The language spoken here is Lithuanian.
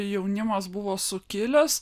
jaunimas buvo sukilęs